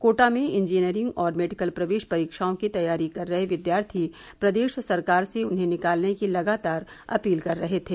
कोटा में इंजीनियरिंग और मेडिकल प्रवेश परीक्षाओं की तैयारी कर रहे विद्यार्थी प्रदेश सरकार से उन्हें निकालने की लगातार अपील कर रहे थे